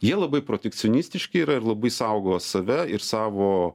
jie labai protekcionistiški yra ir labai saugo save ir savo